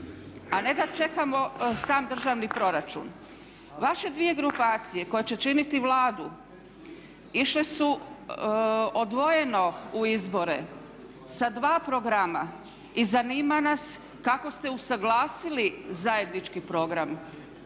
a ne da čekamo sam državni proračun. Vaše dvije grupacije koje će činiti Vladu išle su odvojeno u izbore sa dva programa i zanima nas kako ste usaglasili zajednički program.